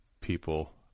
people